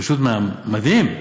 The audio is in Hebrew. פשוט מדהים.